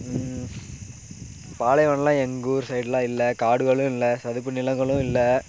பாலைவனமெலாம் எங்கள் ஊர் சைடெலாம் இல்லை காடுகளும் இல்லை சதுப்பு நிலங்களும் இல்லை